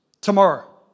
tomorrow